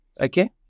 okay